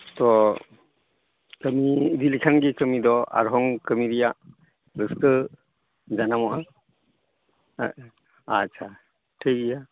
ᱛᱚ ᱠᱟᱹᱢᱤ ᱤᱫᱤ ᱞᱮᱠᱷᱟᱱ ᱜᱮ ᱠᱟᱹᱢᱤ ᱫᱚ ᱟᱨᱦᱚᱸ ᱠᱟᱹᱢᱤ ᱨᱮᱭᱟᱜ ᱨᱟᱹᱥᱠᱟᱹ ᱡᱟᱱᱟᱢᱚᱜᱼᱟ ᱦᱮᱸ ᱟᱪᱪᱷᱟ ᱴᱷᱤᱠᱜᱮᱭᱟ